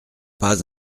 pas